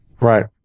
Right